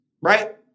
right